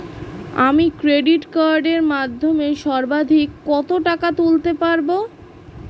আমি ক্রেডিট কার্ডের মাধ্যমে সর্বাধিক কত টাকা তুলতে পারব?